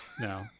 no